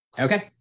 Okay